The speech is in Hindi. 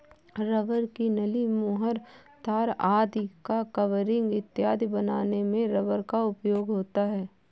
रबर की नली, मुहर, तार आदि का कवरिंग इत्यादि बनाने में रबर का उपयोग होता है